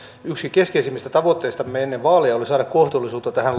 yksi keskeisimmistä tavoitteistamme ennen vaaleja oli saada kohtuullisuutta tähän